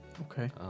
Okay